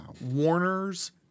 Warner's